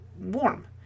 warm